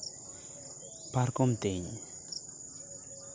ᱯᱟᱨᱠᱚᱢ ᱛᱮᱧ